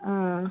അ